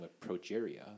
progeria